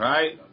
Right